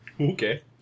Okay